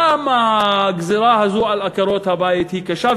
כמה הגזירה הזאת על עקרות-הבית היא קשה.